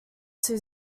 too